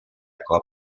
cop